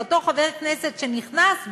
ואותו חבר כנסת שנכנס,